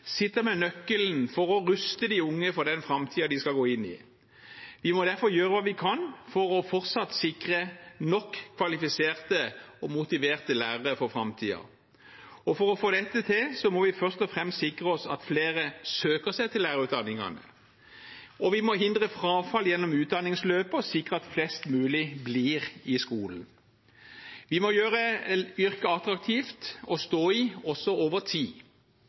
sitter med nøkkelen til å ruste de unge for den framtiden de skal gå inn i. Vi må derfor gjøre hva vi kan for fortsatt å sikre nok kvalifiserte og motiverte lærere for framtiden. For å få dette til må vi først og fremst sikre oss at flere søker seg til lærerutdanningene, og vi må hindre frafall gjennom utdanningsløpet og sikre at flest mulig blir i skolen. Vi må gjøre yrket attraktivt å stå i også over tid.